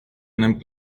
einem